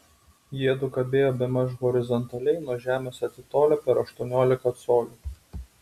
jiedu kabėjo bemaž horizontaliai nuo žemės atitolę per aštuoniolika colių